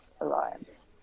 alliance